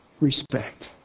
Respect